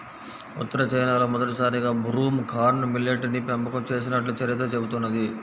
ఉత్తర చైనాలో మొదటిసారిగా broom corn millet ని పెంపకం చేసినట్లు చరిత్ర చెబుతున్నది